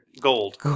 gold